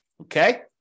Okay